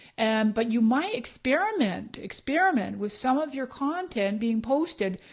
and but you might experiment experiment with some of your content being posted,